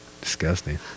Disgusting